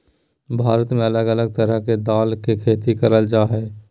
भारत में अलग अलग तरह के दाल के खेती करल जा हय